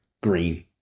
green